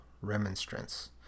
remonstrance